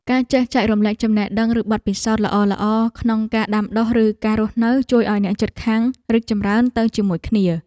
ការចេះចែករំលែកចំណេះដឹងឬបទពិសោធន៍ល្អៗក្នុងការដាំដុះឬការរស់នៅជួយឱ្យអ្នកជិតខាងរីកចម្រើនទៅជាមួយគ្នា។